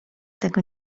tego